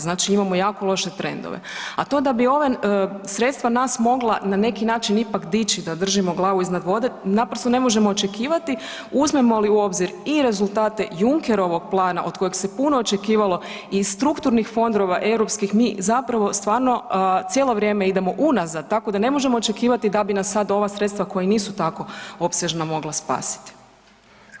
Znači imamo jako loše trenove, a to je da bi ova sredstva nas mogla na neki način ipak dići da držimo glavu iznad vode naprosto ne možemo očekivati uzmemo li u obzir i rezultate Junckerovog plana od kojeg se puno očekivalo i strukturnih fondova europskih, mi zapravo stvarno cijelo vrijeme idemo unazad, tako da ne možemo očekivati da bi nas sad ova sredstva koja nisu tako opsežna mogla spasiti.